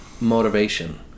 motivation